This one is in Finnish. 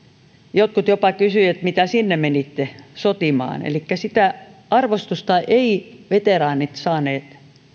jotkut jopa kysyivät että mitä sinne menitte sotimaan elikkä sitä arvostusta eivät veteraanit saaneet